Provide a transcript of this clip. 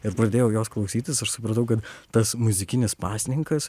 ir pradėjau jos klausytis aš supratau kad tas muzikinis pasninkas